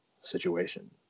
situation